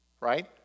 right